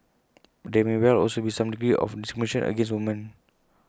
but there may well also be some degree of discrimination against women